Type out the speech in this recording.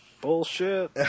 Bullshit